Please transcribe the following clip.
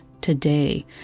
today